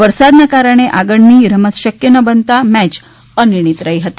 વરસાદના કારણે આગળની રમત શક્ય ન બનતા મેચ અનિર્ણિત રહી હતી